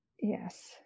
Yes